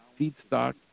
feedstock